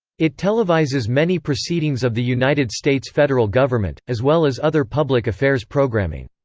it televises many proceedings of the united states federal government, as well as other public affairs programming.